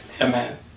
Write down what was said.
Amen